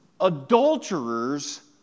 adulterers